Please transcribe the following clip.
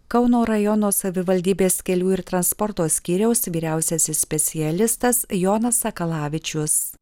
kauno rajono savivaldybės kelių ir transporto skyriaus vyriausiasis specialistas jonas sakalavičius